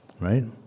right